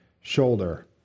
shoulder